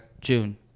june